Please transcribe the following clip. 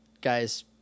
guys